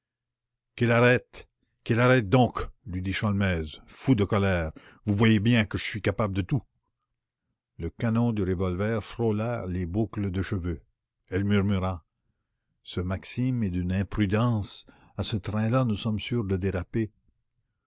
qu'il arrête qu'il arrête donc lui dit sholmès fou de colère vous voyez bien que je suis capable de tout le canon du revolver frôla les boucles de cheveux elle murmura ce maxime est d'une imprudence à ce train-là nous sommes sûrs de déraper